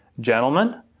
Gentlemen